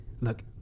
look